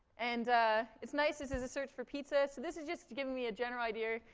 and it's nice this is a search for pizza. so this is just to give me a general idea.